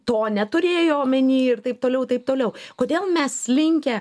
to neturėjo omeny ir taip toliau taip toliau kodėl mes linkę